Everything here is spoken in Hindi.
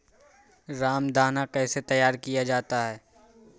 रामदाना कैसे तैयार किया जाता है?